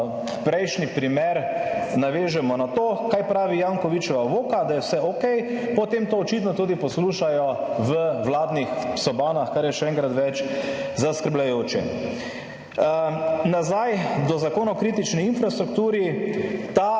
prejšnji primer navežemo na to, kaj pravi Jankovićeva VOKA, da je vse okej, potem to očitno tudi poslušajo v vladnih sobanah, kar je še enkrat več zaskrbljujoče. Nazaj do zakona o kritični infrastrukturi. Ta